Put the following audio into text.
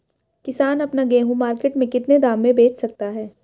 किसान अपना गेहूँ मार्केट में कितने दाम में बेच सकता है?